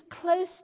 close